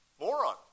moron